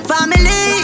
Family